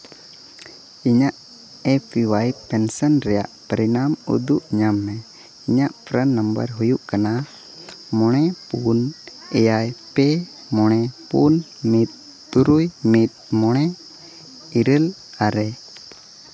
ᱤᱧᱟᱹᱜ A P Y pension ᱨᱮᱭᱟᱜ ᱯᱚᱨᱤᱱᱟᱢ ᱩᱫᱩᱜ ᱧᱟᱢ ᱢᱮ ᱤᱧᱟᱹᱜ ᱯᱨᱟᱱ ᱱᱚᱢᱵᱚᱨ ᱦᱩᱭᱩᱜ ᱠᱟᱱᱟ ᱢᱚᱬᱮ ᱯᱩᱱ ᱮᱭᱟᱭᱟ ᱯᱮ ᱢᱚᱢᱮ ᱯᱩᱱ ᱢᱤᱫ ᱛᱩᱨᱩᱭ ᱢᱤᱫ ᱢᱚᱬᱮ ᱤᱨᱟᱹᱞ ᱟᱨᱮ